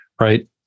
right